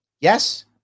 Yes